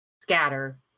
Scatter